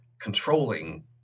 controlling